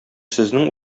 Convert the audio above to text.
сезнең